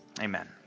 Amen